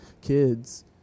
kids